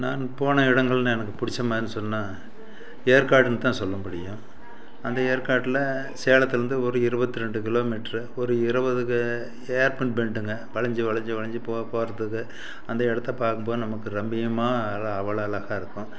நான் போன இடங்கள்னு எனக்கு பிடிச்ச மாதிரினு சொன்னால் ஏற்காடுனு தான் சொல்ல முடியும் அந்த ஏற்காட்டில் சேலத்துலேருந்து ஒரு இருபத்து ரெண்டு கிலோமீட்ரு ஒரு இருபது ஏற்பேன் பெண்டுங்க வளைஞ்சி வளைஞ்சி வளைஞ்சி போக போகிறதுக்கு அந்த இடத்த பார்க்கும் போது நமக்கு ரம்மியமாக அவ்வளோ அழகா இருக்கும்